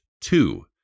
two